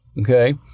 Okay